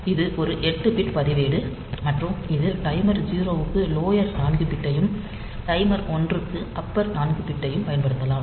இது ஒரு 8 பிட் பதிவேடு மற்றும் இது டைமர் 0 க்கு லோயர் 4 பிட்களையும் டைமர் 1 க்கு அப்பர் 4 பிட்களையும் பயன்படுத்தலாம்